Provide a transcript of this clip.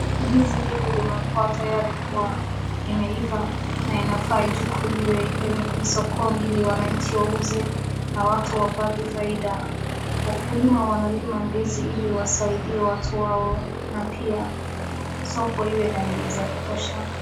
Ndizi hili limekua tayari kuwa imeiva na inafaa ichukuliwe ipelekekwe skoni ili wananchi wauze na watu wapate faida. Mkulima analima ndizi iliwasaidie watu ana pia soko iwe na ndizi ya kutosha.